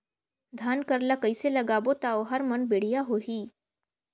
धान कर ला कइसे लगाबो ता ओहार मान बेडिया होही?